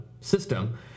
system